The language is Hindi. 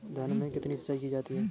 धान में कितनी सिंचाई की जाती है?